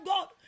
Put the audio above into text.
God